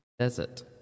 desert